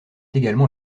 également